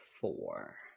four